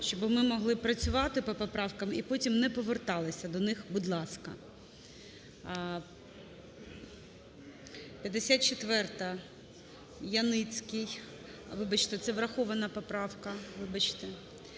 щоби ми могли працювати по поправкам і потім не поверталися до них, будь ласка. 54-а, Яніцький. Вибачте, це врахована поправка, вибачте.